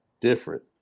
different